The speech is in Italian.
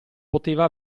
poteva